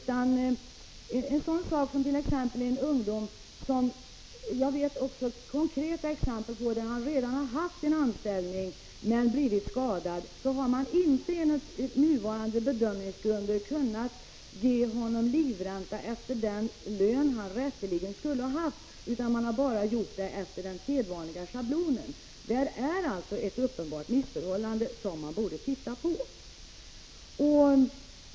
Jag känner till ett konkret exempel, där en ung man redan har haft en anställning men blivit skadad, och man har då enligt nuvarande bedömningsgrunder inte kunnat ge honom livränta baserad på den lön han rätteligen skulle ha haft utan bara — Prot. 1985/86:48 efter den sedvanliga schablonen. Där föreligger det alltså ett uppenbart — 10 december 1985 missförhållande som man borde ta itu med.